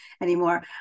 anymore